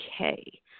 Okay